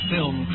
Film